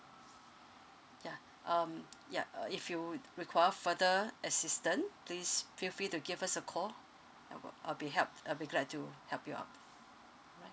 ya um ya uh if you require further assistance please feel free to give us a call uh w~ I'll be help I'll be glad to help you out